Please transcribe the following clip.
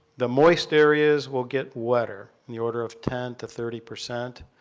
the moist areas will get wetter in the order of ten to thirty percent.